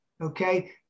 Okay